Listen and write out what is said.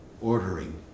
ordering